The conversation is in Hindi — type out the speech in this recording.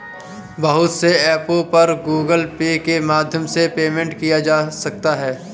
बहुत से ऐपों पर गूगल पे के माध्यम से पेमेंट किया जा सकता है